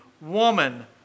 woman